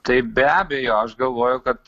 taip be abejo aš galvoju kad